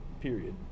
period